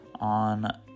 on